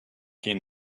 came